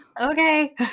Okay